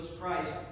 christ